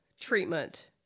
treatment